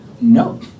No